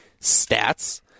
stats